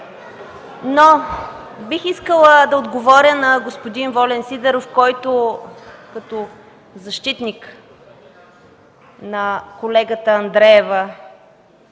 Бих искала да отговоря на господин Волен Сидеров, който, като защитник на колегата Андреева,